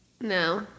No